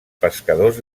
pescadors